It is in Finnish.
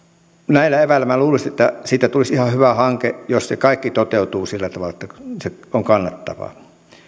näillä eväillä minä luulisin että siitä tulisi ihan hyvä hanke jos se kaikki toteutuu sillä tavalla että se on